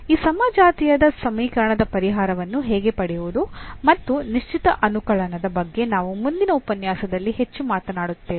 ಈ ಸಮಜಾತೀಯದ ಸಮೀಕರಣದ ಪರಿಹಾರವನ್ನು ಹೇಗೆ ಪಡೆಯುವುದು ಮತ್ತು ನಿಶ್ಚಿತ ಅನುಕಲನದ ಬಗ್ಗೆ ನಾವು ಮುಂದಿನ ಉಪನ್ಯಾಸದಲ್ಲಿ ಹೆಚ್ಚು ಮಾತನಾಡುತ್ತೇವೆ